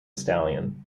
stallion